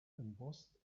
embossed